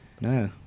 No